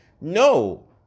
no